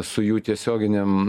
su jų tiesioginiam